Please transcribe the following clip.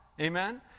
Amen